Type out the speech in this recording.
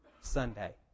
Sunday